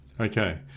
okay